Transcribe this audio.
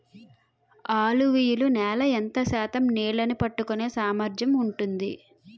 అలువియలు నేల ఎంత శాతం నీళ్ళని పట్టుకొనే సామర్థ్యం ఉంటుంది?